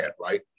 right